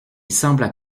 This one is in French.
sembla